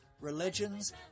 religions